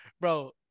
bro